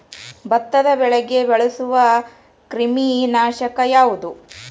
ಭತ್ತದ ಬೆಳೆಗೆ ಬಳಸುವ ಕ್ರಿಮಿ ನಾಶಕ ಯಾವುದು?